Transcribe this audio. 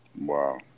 Wow